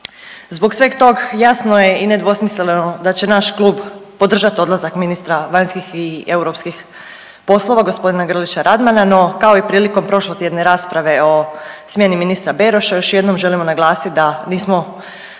Zbog sveg tog jasno je i nedvosmisleno da će naš klub podržati odlazak ministra vanjskih i europskih poslova gospodina Grlića Radmana, no kao i prilikom prošlotjedne rasprave o smjeni ministra Beroša još jednom želimo naglasiti da mi smo